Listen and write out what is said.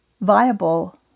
viable